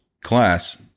class